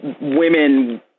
women